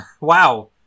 Wow